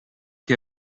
che